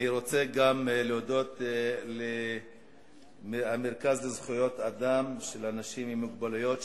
אני רוצה גם להודות למרכז לזכויות אדם של אנשים עם מוגבלויות,